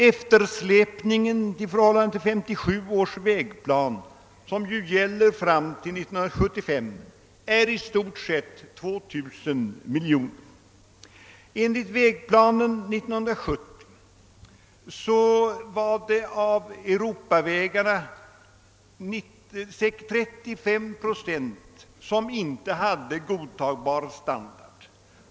Eftersläpningen i förhållande till 1957 års vägplan, som ju gäller fram till 1975, är i stort sett 2000 miljoner. Enligt Vägplan 70 var det av Europavägarna 35 procent som inte hade godtagbar standard.